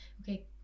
okay